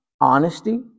honesty